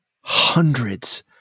hundreds